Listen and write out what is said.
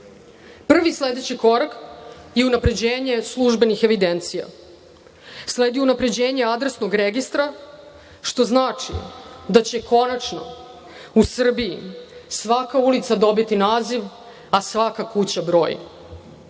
sledeći korak je unapređenje službenih evidencija. Sledi unapređenje adresnog registra, što znači da će konačno u Srbiji svaka ulica dobiti naziv, a svaka kuća